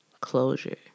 closure